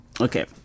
Okay